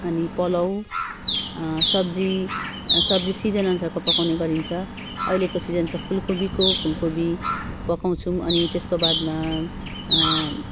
अनि पुलाउ सब्जी सब्जी सिजन अनुसारको पकाउने गरिन्छ अहिलेको सिजन छ फुलकोपीको फुलकोपीको पकाउँछौँ अनि त्यसको बादमा